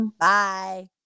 Bye